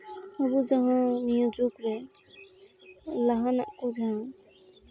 ᱟᱵᱚ ᱡᱟᱦᱟᱸ ᱱᱤᱭᱟᱹ ᱡᱩᱜᱽᱨᱮ ᱞᱟᱦᱟᱱᱟᱜ ᱠᱚ ᱡᱟᱦᱟᱸ